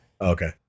Okay